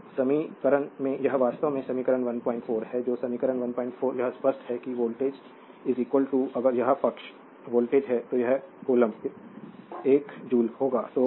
तो समीकरण में यह वास्तव में समीकरण 14 है तो समीकरण 14 यह स्पष्ट है कि 1 वोल्ट अगर यह पक्ष 1 वोल्ट है तो यह प्रति कोलोम्बस 1 जूल होगा